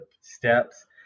steps